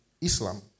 Islam